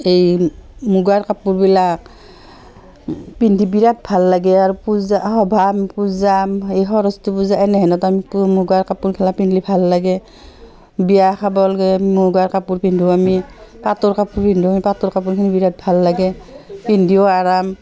এই মুগাৰ কাপোৰবিলাক পিন্ধি বিৰাট ভাল লাগে আৰু পূজা সভা পূজা এই সৰস্বতী পূজা এনেহেনত আমি মুগাৰ কাপোৰগিলা পিন্ধলি ভাল লাগে বিয়া খাব লাগে মুগাৰ কাপোৰ পিন্ধোঁ আমি পাটৰ কাপোৰ পিন্ধোঁ আমি পাটৰ কাপোৰখিনি বিৰাট ভাল লাগে পিন্ধিও আৰাম